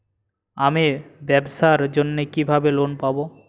আমি ব্যবসার জন্য কিভাবে লোন পাব?